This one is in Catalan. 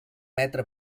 metre